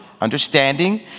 understanding